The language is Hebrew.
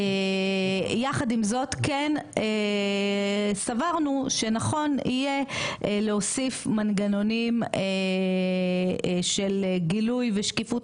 יחד עם זאת כן סברנו שנכון יהיה להוסיף מנגנונים של גילוי ושקיפות